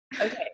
Okay